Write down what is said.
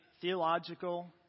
theological